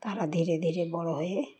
তারা ধীরে ধীরে বড়ো হয়ে